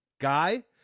guy